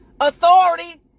authority